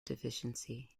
deficiency